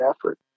effort